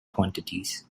quantities